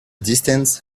distance